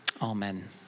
Amen